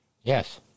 Yes